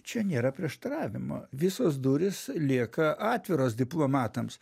čia nėra prieštaravimo visos durys lieka atviros diplomatams